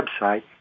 website